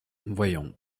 voyons